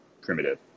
primitive